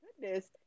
Goodness